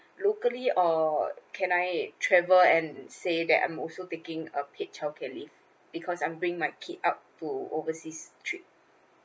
locally or can I travel and say that I'm also taking a paid childcare leave because I'm bring my kid up to overseas trip